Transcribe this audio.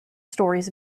stories